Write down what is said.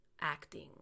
acting